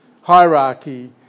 hierarchy